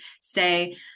stay